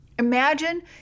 Imagine